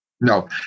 No